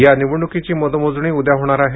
या निवडणुकीची मतमोजणी उद्या होणार आहे